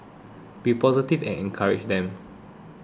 be positive and encourage them